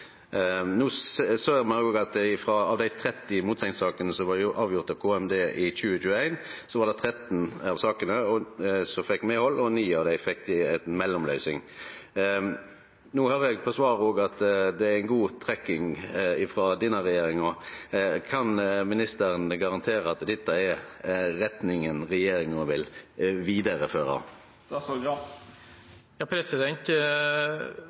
KMD i 2021, fekk kommunane medhald i 13 av sakene, og i 9 av sakene fekk dei ei mellomløysing. No høyrer eg på svaret at det er ein god «trackrecord» frå denne regjeringa. Kan ministeren garantere at dette er retninga som regjeringa vil